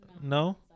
no